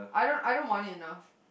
I don't I don't want it enough